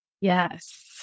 yes